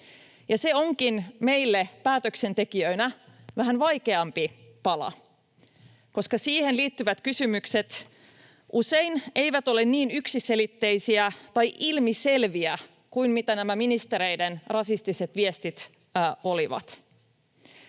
Se onkin meille päätöksentekijöinä vähän vaikeampi pala, koska siihen liittyvät kysymykset usein eivät ole niin yksiselitteisiä tai ilmiselviä kuin mitä nämä ministereiden rasistiset viestit olivat.